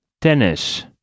Tennis